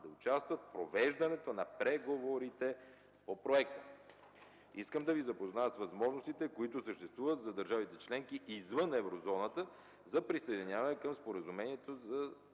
да участват в провеждането на преговорите по проекта. Искам да Ви запозная с възможностите, които съществуват за държавите членки извън Еврозоната за присъединяването към споразумението,